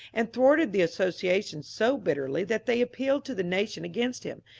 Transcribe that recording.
and thwarted the association so bitterly that they appealed to the nation against him,